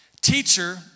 Teacher